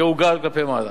יעוגל כלפי מעלה.